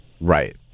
Right